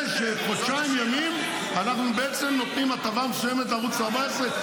מזה שחודשיים ימים אנחנו בעצם נותנים הטבה מסוימת לערוץ 14,